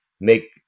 make